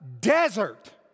desert